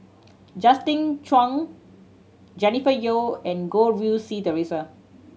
Justin Zhuang Jennifer Yeo and Goh Rui Si Theresa